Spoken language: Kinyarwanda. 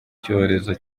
icyorezo